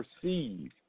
perceive